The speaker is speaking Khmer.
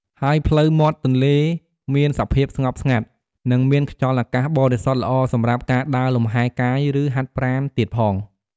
ហើយផ្លូវមាត់ទន្លេមានសភាពស្ងប់ស្ងាត់ និងមានខ្យល់អាកាសបរិសុទ្ធល្អសម្រាប់ការដើរលំហែកាយឬហាត់ប្រាណទៀតផង។